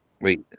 Wait